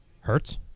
Hurts